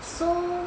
so